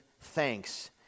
thanks